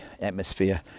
atmosphere